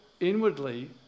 inwardly